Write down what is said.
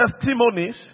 testimonies